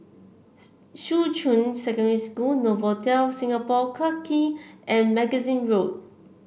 Shuqun Secondary School Novotel Singapore Clarke Quay and Magazine Road